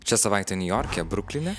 šią savaitę niujorke brukline